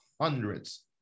hundreds